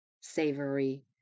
savory